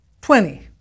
twenty